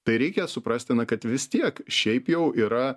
tai reikia suprasti na kad vis tiek šiaip jau yra